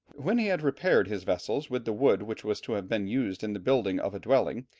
when he had repaired his vessels with the wood which was to have been used in the building of a dwelling,